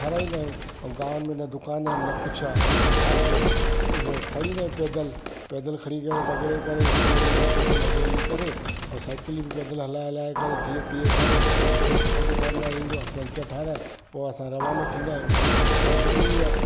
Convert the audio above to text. ठाराहींदा आहियूं ऐं गांवनि में न दुकान आहिनि न कुझु आहे त छा कयऊं इन खे खणी ईंदा आहियूं पैदल पैदल खणी करे रगड़े करे हिकु किलोमीटर पैदल हली हली करे ऐं साईकिल बि पैदल हलाए हलाए करे जीअं तीअं करे ऐं कोई सुठो दुकानुदारु ईंदो आहे पंचर ठाराहे पोइ असां रवानो थींदा आहियूं सभु इअं आहे